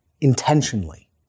intentionally